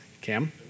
Cam